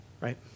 right